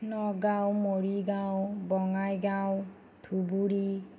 Nagaon Morigaon Bongaigaon Dhubri